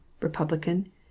Republican